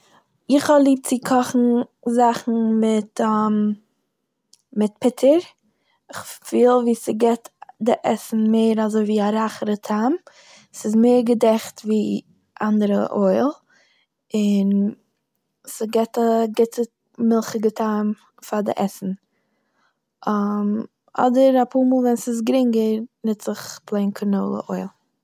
איך האב ליב צו קאכן זאכן מיט מיט פוטער, איך פיל ווי ס'געבט די עסן מער אזוי ווי א רייכערע טעם, ס'איז מער געדעכט ווי אנדערע אויל, און ס'געבט א גוטע מילכיגע טעם פאר די עסן, אדער אפאר מאל ווען ס'איז גרינגער נוץ איך פלעין קאנאולע אויל.